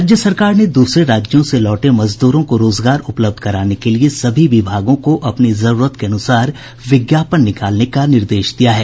राज्य सरकार ने दूसरे राज्यों से लौटे मजदूरों को रोजगार उपलब्ध कराने के लिये सभी विभागों को अपनी जरूरत के अनुसार विज्ञापन निकालने का निर्देश दिया है